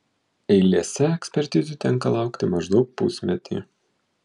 eilėse ekspertizių tenka laukti maždaug pusmetį